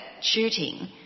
shooting